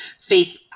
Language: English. faith